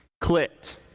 clicked